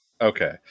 Okay